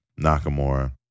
Nakamura